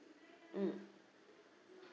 mm